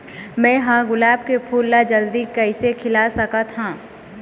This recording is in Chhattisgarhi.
मैं ह गुलाब के फूल ला जल्दी कइसे खिला सकथ हा?